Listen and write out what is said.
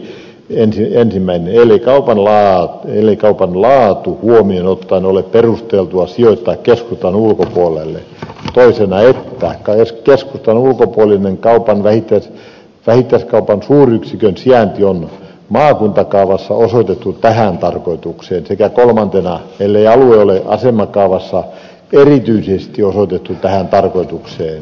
ensimmäisenä maininta että ellei kaupan laatu huomioon ottaen ole perusteltua sijoittaa keskustan ulkopuolelle toisena että keskustan ulkopuolinen vähittäiskaupan suuryksikön sijainti on maakuntakaavassa osoitettu tähän tarkoitukseen sekä kolmantena että ellei alue ole asemakaavassa erityisesti osoitettu tähän tarkoitukseen